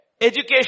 education